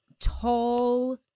tall